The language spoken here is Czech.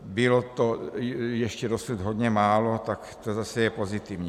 Bylo to ještě dosud hodně málo, tak to zase je pozitivní.